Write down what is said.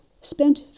spent